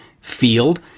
field